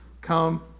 come